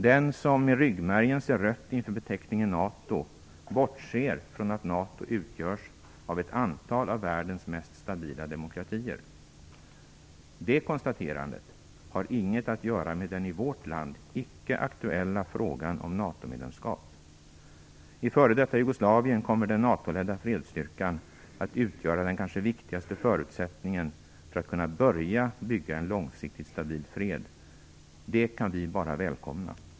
Den som med ryggmärgen ser rött inför beteckningen NATO bortser från att NATO utgörs av ett antal av världens mest stabila demokratier. Det konstaterandet har inget att göra med den i vårt land icke aktuella frågan om NATO-medlemsskap. I före detta Jugoslavien kommer den NATO-ledda fredsstyrkan att utgöra den kanske viktigaste förutsättningen för att kunna börja bygga en långsiktigt stabil fred. Det kan vi bara välkomna.